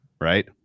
right